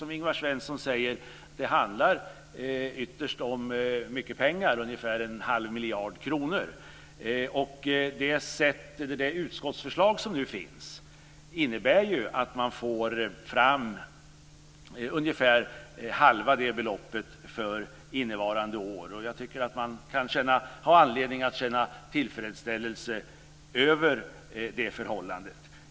Som Ingvar Svensson säger handlar det ytterst om mycket pengar, ungefär en halv miljard kronor. Det utskottsförslag som nu finns innebär att man får fram ungefär halva det beloppet för innevarande år. Jag tycker att man kan ha anledning att känna tillfredsställelse över det förhållandet.